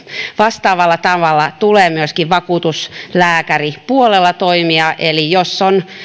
vastaavalla tavalla tulee myöskin vakuutuslääkäripuolella toimia eli jos on